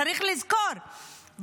צריך לזכור,